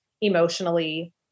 emotionally